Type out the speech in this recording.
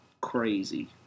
crazy